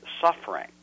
suffering